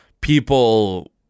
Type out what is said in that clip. people